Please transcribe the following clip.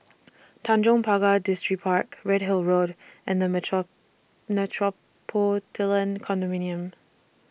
Tanjong Pagar Distripark Redhill Road and The Metropolitan Condominium